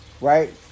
right